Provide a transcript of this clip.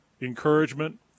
encouragement